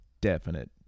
definite